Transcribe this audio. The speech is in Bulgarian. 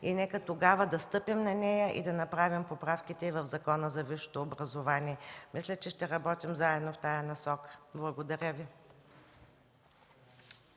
Нека тогава да стъпим на нея и да направим поправките в Закона за висшето образование. Мисля, че ще работим заедно в тази насока. Благодаря Ви.